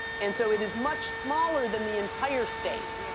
and so it is much smaller than the entire state.